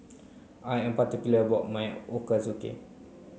I am particular about my Ochazuke